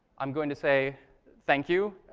i'm going to say thank you.